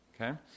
Okay